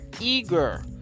eager